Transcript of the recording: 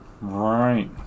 right